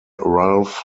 ralph